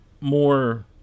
more